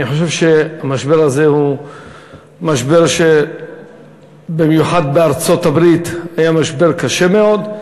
אני חושב שהמשבר הזה הוא משבר שבמיוחד בארצות-הברית היה משבר קשה מאוד.